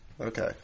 Okay